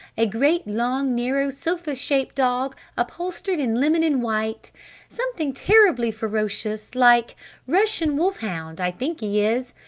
a great long, narrow sofa-shaped dog upholstered in lemon and white something terribly ferocious like russian wolf hound i think he is!